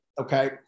Okay